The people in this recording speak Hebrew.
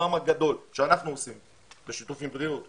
ברובם הגדול אלה שאנחנו עושים בשיתוף עם בריאות,